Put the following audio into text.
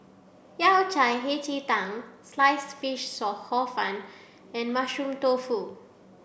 yao cai hei ji tang sliced fish so hor fun and mushroom tofu